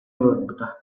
олорбута